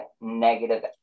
negative